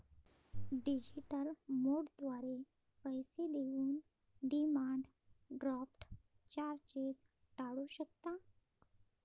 digital मोडद्वारे पैसे देऊन डिमांड ड्राफ्ट चार्जेस टाळू शकता